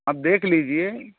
आप देख लीजिए